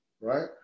right